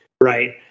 right